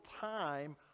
time